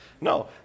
no